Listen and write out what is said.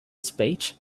speech